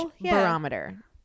barometer